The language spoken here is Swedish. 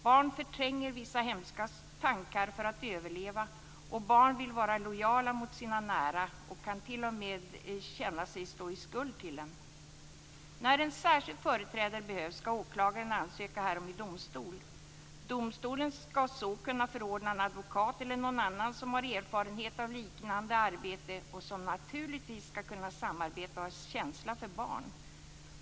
Barn förtränger vissa hemska tankar för att överleva, och barn vill vara lojala mot sina nära och kan t.o.m. känna att de står i skuld till dem. När en särskild företrädare behövs ska åklagaren ansöka härom i domstol. Domstolen ska så kunna förordna en advokat eller någon annan som har erfarenhet av liknande arbete och som naturligtvis ska kunna samarbeta med och ha känsla för barn.